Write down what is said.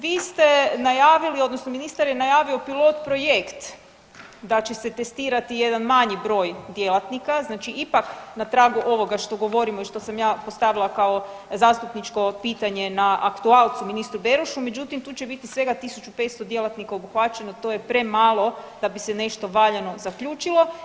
Vi ste najavili odnosno ministar je najavio pilot projekt da će se testirati jedan manji broj djelatnika znači ipak na tragu ovoga što govorimo i što sam ja postavila kao zastupničko pitanje na aktualcu ministru Berošu, međutim tu će biti svega 1500 djelatnika obuhvaćeno, to je premalo da bi se nešto valjano zaključilo.